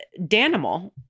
Danimal